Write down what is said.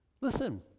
Listen